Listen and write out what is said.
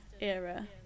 era